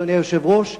אדוני היושב-ראש,